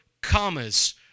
commas